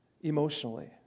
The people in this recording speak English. emotionally